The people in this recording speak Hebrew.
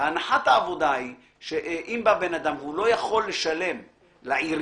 והנחת העבודה היא שאם בא בן אדם והוא לא יכול לשלם לעירייה,